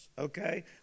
Okay